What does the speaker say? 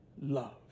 love